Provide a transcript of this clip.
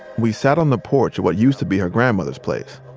we sat on the porch of what used to be her grandmother's place.